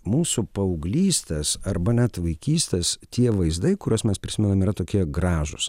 mūsų paauglystės arba net vaikystės tie vaizdai kuriuos mes prisimenam yra tokie gražūs